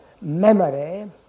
memory